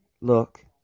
look